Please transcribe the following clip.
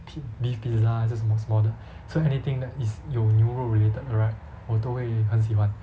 piz~ beef pizza 还是什么什么的 so anything that is 有牛肉 related 的 right 我都会很喜欢